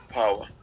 power